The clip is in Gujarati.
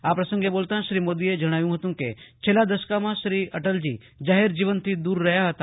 આ પ્રસંગે બોલતા શ્રી મોદીએ જણાવ્યું હતું કે છેલ્લા દસકામં શ્રી અટલજીએ જાહેર જીવનથી દૂર રહ્યા હતા